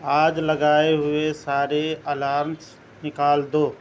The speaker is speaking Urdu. آج لگائے ہوئے سارے الارمز نِکال دو